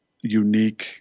unique